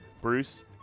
Bruce